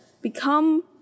become